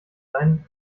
sein